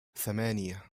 ثمانية